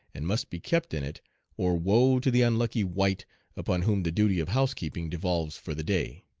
and must be kept in it, or woe to the unlucky wight upon whom the duty of housekeeping devolves for the day.